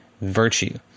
virtue